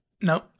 no